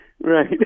Right